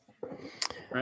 Right